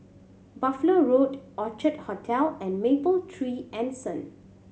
Buffalo Road Orchard Hotel and Mapletree Anson